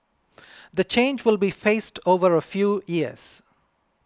the change will be phased over a few years